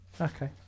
Okay